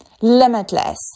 limitless